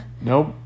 Nope